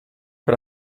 per